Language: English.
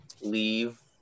leave